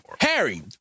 Harry